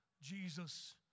Jesus